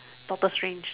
doctor strange